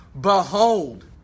Behold